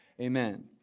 amen